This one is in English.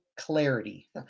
clarity